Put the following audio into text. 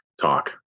talk